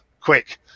quick